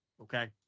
okay